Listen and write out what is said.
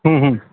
हं हं